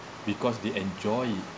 because they enjoy it